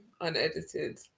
unedited